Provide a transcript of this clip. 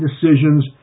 decisions